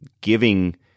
giving